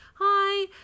Hi